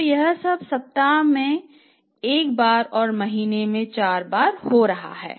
तो यह सब सप्ताह में एक बार या महीने में 4 बार हो रहा है